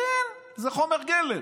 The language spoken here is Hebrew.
לכן, זה חומר גלם,